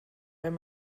wenn